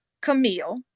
Camille